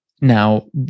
now